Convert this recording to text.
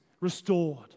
restored